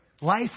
Life